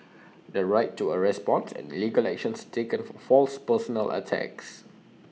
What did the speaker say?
the right to A response and legal actions taken for false personal attacks